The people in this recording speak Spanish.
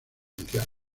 mundial